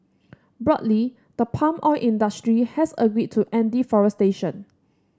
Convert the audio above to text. broadly the palm oil industry has agreed to end deforestation